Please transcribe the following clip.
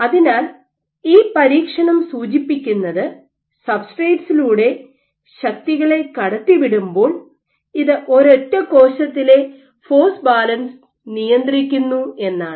അതിനാൽ ഈ പരീക്ഷണം സൂചിപ്പിക്കുന്നത് സബ്സ്ട്രേറ്റ്ലൂടെ ശക്തികളെ കടത്തിവിടുമ്പോൾ ഇത് ഒരൊറ്റ കോശത്തിലെ ഫോഴ്സ് ബാലൻസ് നിയന്ത്രിക്കുന്നു എന്നാണ്